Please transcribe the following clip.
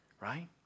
right